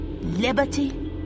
Liberty